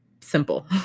simple